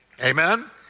Amen